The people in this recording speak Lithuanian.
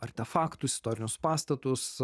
artefaktus istorinius pastatus